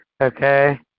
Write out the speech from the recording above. Okay